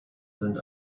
sind